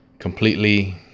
Completely